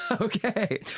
Okay